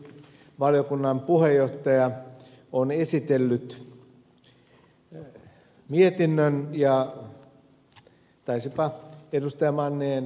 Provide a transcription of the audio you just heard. valiokunnan puheenjohtaja on esitellyt mietinnön ja taisipa ed